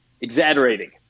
exaggerating